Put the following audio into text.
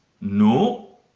No